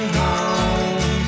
home